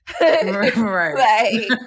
Right